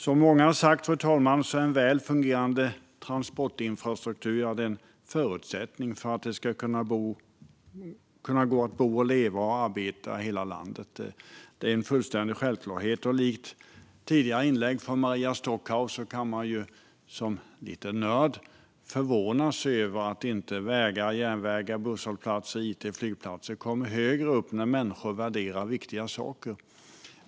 Som många har sagt, fru talman, är en väl fungerande transportinfrastruktur en förutsättning för att det ska gå att bo, leva och arbeta i hela landet. Det är en fullständig självklarhet. Likt Maria Stockhaus i ett tidigare inlägg kan man som lite av en nörd förvånas över att inte vägar, järnvägar, busshållplatser, it och flygplatser kommer högre upp när människor värderar viktiga saker.